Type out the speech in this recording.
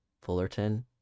Fullerton